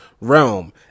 realm